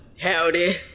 Howdy